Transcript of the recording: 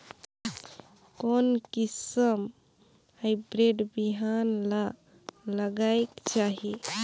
कोन किसम हाईब्रिड बिहान ला लगायेक चाही?